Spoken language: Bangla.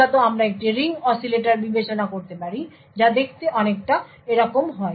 মূলত আমরা একটি রিং অসিলেটর বিবেচনা করতে পারি যা দেখতে অনেকটা এরকম হয়